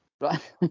Right